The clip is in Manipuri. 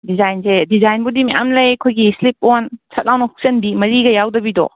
ꯗꯤꯖꯥꯟꯁꯦ ꯗꯤꯖꯥꯟꯕꯨꯗꯤ ꯃꯌꯥꯝ ꯂꯩ ꯑꯩꯈꯣꯏꯒꯤ ꯁ꯭ꯂꯤꯞ ꯑꯣꯟ ꯁꯠꯂꯥꯎꯅ ꯍꯨꯛꯆꯟꯕꯤ ꯃꯔꯤꯒ ꯌꯥꯎꯗꯕꯤꯗꯣ